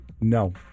No